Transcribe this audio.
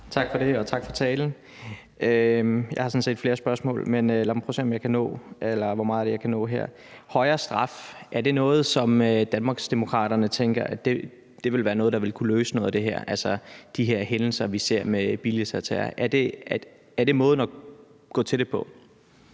Tak for det, og tak for talen. Jeg har sådan set flere spørgsmål. Lad mig prøve at se, hvor mange af dem jeg kan nå her. Er højere straf noget, som Danmarksdemokraterne tænker vil være noget, der vil kunne løse noget af det her, altså de her hændelser, vi ser med billigelse af terror? Er det måden at gå til det på?